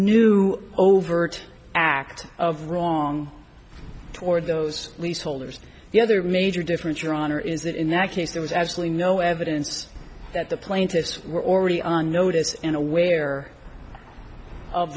new overt act of wrong toward those leaseholders the other major difference your honor is that in that case there was actually no evidence that the plaintiffs were already on notice and aware of